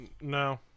No